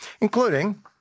including